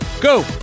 go